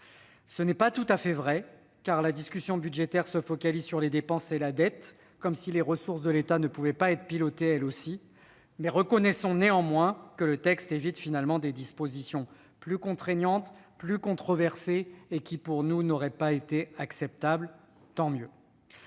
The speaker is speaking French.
Ce n'est pas tout à fait vrai, car la discussion budgétaire se concentre sur les dépenses et la dette, comme si les ressources de l'État ne pouvaient pas, elles aussi, être pilotées. Reconnaissons néanmoins que ce texte évite finalement des dispositions plus contraignantes et controversées, qui n'auraient pas été acceptables de